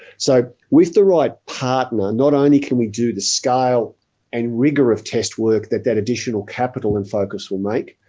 so with the right partner not only can we do the scale and rigour of test work that that additional capital and focus will make,